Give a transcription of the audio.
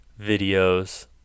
videos